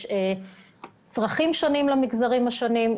יש צרכים שונים למגזרים השונים,